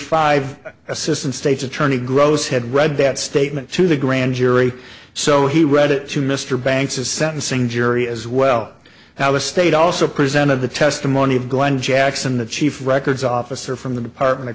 five assistant state's attorney gross had read that statement to the grand jury so he read it to mr banks a sentencing jury as well now the state also presented the testimony of glen jackson the chief records officer from the department of